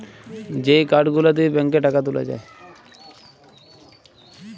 যেই কার্ড গুলা দিয়ে ব্যাংকে টাকা তুলে যায়